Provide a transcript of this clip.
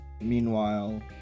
Meanwhile